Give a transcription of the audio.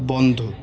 বন্ধ